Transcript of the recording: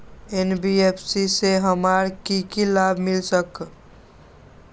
NBFC से हमार की की लाभ मिल सक?